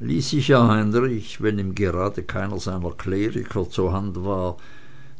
heinrich wenn ihm gerade keiner seiner kleriker zur hand war